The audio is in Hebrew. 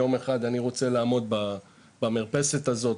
יום אחד אני רוצה לעמוד במרפסת הזו,